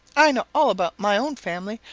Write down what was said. i know all about my own family,